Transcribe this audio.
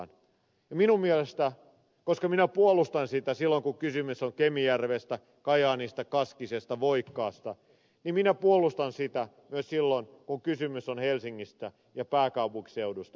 minun mielestäni koska minä puolustan sitä silloin kun kysymys on kemijärvestä kajaanista kaskisesta voikkaasta niin minä puolustan sitä myös silloin kun kysymys on helsingistä ja pääkaupunkiseudusta